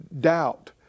doubt